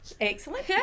Excellent